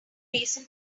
reason